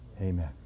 Amen